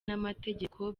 n’amategeko